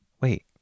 Wait